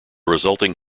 resulting